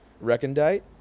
recondite